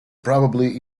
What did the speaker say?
probably